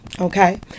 okay